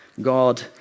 God